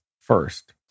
first